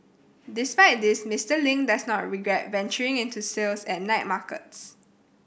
despite this Mister Ling does not regret venturing into sales at night markets